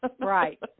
Right